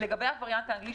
לגבי הווריאנט האנגלי,